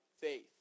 Faith